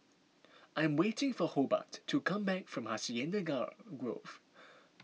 I am waiting for Hobart to come back from Hacienda Grove